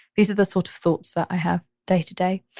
these are the sort of thoughts that i have day to day.